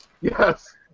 Yes